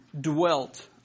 dwelt